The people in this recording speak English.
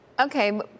Okay